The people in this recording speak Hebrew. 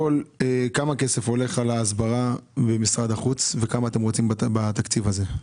כמה כסף בסך הכול הולך על ההסברה במשרד החוץ וכמה אתם רוצים בתקציב הזה?